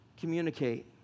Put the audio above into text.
communicate